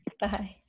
Bye